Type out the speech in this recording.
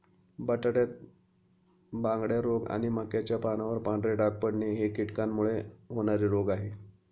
बटाट्यात बांगड्या रोग आणि मक्याच्या पानावर पांढरे डाग पडणे हे कीटकांमुळे होणारे रोग आहे